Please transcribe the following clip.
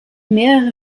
mehrere